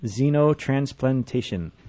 xenotransplantation